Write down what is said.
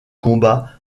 combattants